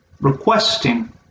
requesting